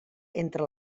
entre